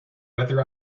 whether